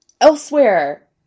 elsewhere